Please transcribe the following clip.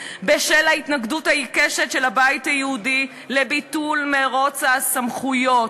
בשל ההתנגדות העיקשת של הבית היהודי לביטול מירוץ הסמכויות,